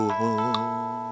home